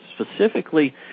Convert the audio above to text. specifically